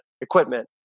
equipment